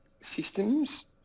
systems